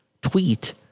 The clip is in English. tweet